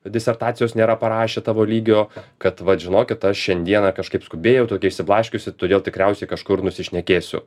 disertacijos nėra parašę tavo lygio kad vat žinokit aš šiandieną kažkaip skubėjau tokia išsiblaškiusi todėl tikriausiai kažkur nusišnekėsiu